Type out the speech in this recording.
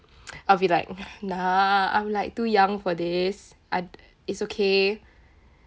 I'll be like nah I'm like too young for this I'll it's okay